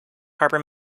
harbor